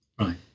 Right